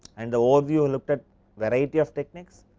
and the over view looked at variety of techniques.